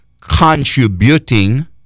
contributing